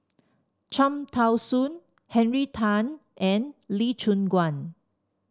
Cham Tao Soon Henry Tan and Lee Choon Guan